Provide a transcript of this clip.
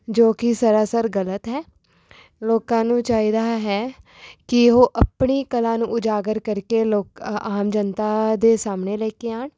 ਜੋ ਕਿ ਸਰਾਸਰ ਗਲਤ ਹੈ ਲੋਕਾਂ ਨੂੰ ਚਾਹੀਦਾ ਹੈ ਕਿ ਉਹ ਆਪਣੀ ਕਲਾ ਨੂੰ ਉਜਾਗਰ ਕਰਕੇ ਲੋਕ ਆਮ ਜਨਤਾ ਦੇ ਸਾਹਮਣੇ ਲੈ ਕੇ ਆਉਣ